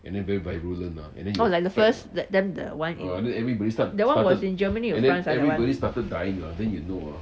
oh like the first that them that one that one was in Germany or France ah